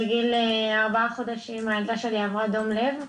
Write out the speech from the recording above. בגיל ארבעה חודשים הילדה שלי עברה דום לב.